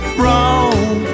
wrong